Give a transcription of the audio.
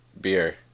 beer